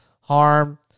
harm